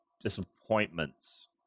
disappointments